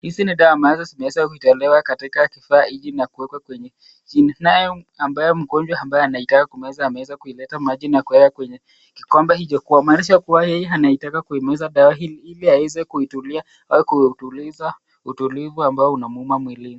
Hizi ni dawa ambazo zimeweza kutolewa katika kifaa hiki na kuwekwa kwenye chini. Naye mgonjwa ambaye anaitaka kumeza ameweza kuileta maji na kuweka kwenye kikombe hiki kumaanisha kuwa yeye anaitaka kuimeza dawa hii ili aweze kuitulia au kutuliza utulivu ambao unamuuma mwilini.